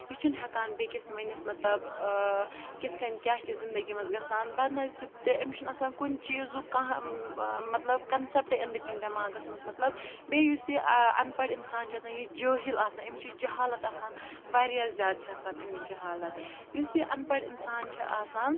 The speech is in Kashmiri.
یہِ چھُنہٕ ہٮ۪کان بیٚکِس ؤنِتھ مطلب کِتھ کنۍ کیٛاہ چھِ زندگی منٛز گژھان بدنصیٖب تہِ أمِس چھُنہٕ آسان کُنہِ چیٖزُک کانٛہہ مطلب کَنسٮ۪پٹَے أنٛدٕرۍ کِنۍ دٮ۪ماغَس منٛز مطلب بیٚیہِ یُس یہِ اَن پَڑھ اِنسان چھِ آسان یہِ جٲہِل آسان أمِس چھِ جہالت آسان واریاہ زیادٕ چھِ آسان أمِس جہالت یُس یہِ اَن پَڑھ اِنسان چھِ آسان